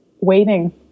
waiting